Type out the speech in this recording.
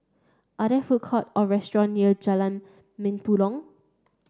are there food court or restaurant near Jalan Mempurong